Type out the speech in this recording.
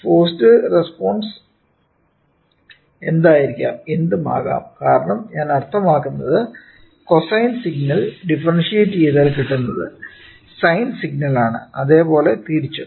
forced response എന്തായിരിക്കാം എന്തും ആകാം കാരണം ഞാൻ അർത്ഥമാക്കുന്നത് കൊസൈൻ സിഗ്നൽ ഡിഫേറെൻഷിയേറ്റ് ചെയ്താൽ കിട്ടുന്നത് സൈൻ സിഗ്നൽ ആണ് അതേ പോലെ തിരിച്ചും